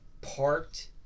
parked